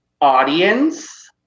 audience